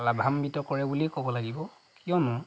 লাভান্ৱিত কৰে বুলিয়ে ক'ব লাগিব কিয়নো